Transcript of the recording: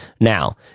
now